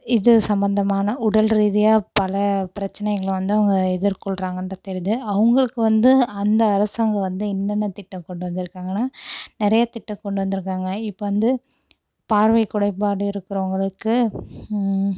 இது சம்மந்தமான உடல்ரீதியாக பல பிரச்சனைங்களை வந்து அவங்க எதிர்கொள்றாங்கன்றது தெரியுது அவங்களுக்கு வந்து அந்த அரசாங்கம் வந்து என்னன்ன திட்டம் கொண்டு வந்துருக்காங்கன்னா நிறையா திட்டம் கொண்டு வந்துருக்காங்க இப்போ வந்து பார்வை குறைபாடு இருக்குறவங்களுக்கு